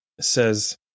says